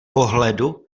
pohledu